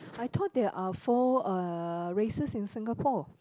I thought there are four uh races in Singapore